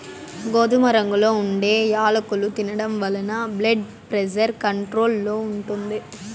గోధుమ రంగులో ఉండే యాలుకలు తినడం వలన బ్లెడ్ ప్రెజర్ కంట్రోల్ లో ఉంటుంది